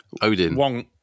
Odin